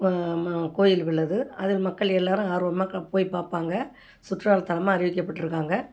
ப ம கோயில் உள்ளது அதில் மக்கள் எல்லோரும் ஆர்வமாக க போய் பார்ப்பாங்க சுற்றுலாத்தலமாக அறிவிக்கப்பட்டிருக்காங்க